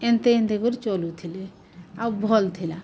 ଏନ୍ତେ ଏନ୍ତେ କରି ଚଲୁଥିଲେ ଆଉ ଭଲ୍ ଥିଲା